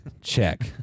Check